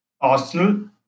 Arsenal